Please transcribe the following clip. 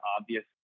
obvious